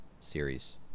series